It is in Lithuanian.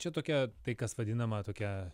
čia tokia tai kas vadinama tokia